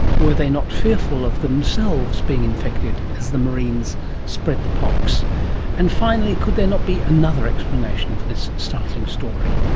were they not fearful of themselves being infected, as the marines spread the pox and finally, could there not be another explanation for this startling story?